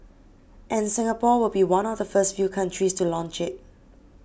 and Singapore will be one of the first few countries to launch it